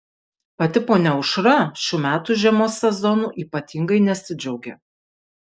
pati ponia aušra šių metų žiemos sezonu ypatingai nesidžiaugia